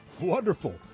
wonderful